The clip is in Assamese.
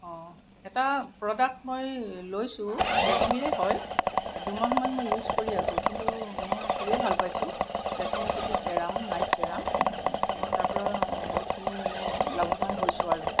এটা প্ৰডাক্ট মই লৈছোঁ লেক্মিৰে হয় দুমাহমান মই ইউজ কৰি আছো কিন্তু মই খুবেই ভাল পাইছোঁ লেক্মিৰ যিটো চেৰাম নাইট চেৰাম মই তাৰ পৰা বহুতখিনি মানে লাভৱান হৈছো আৰু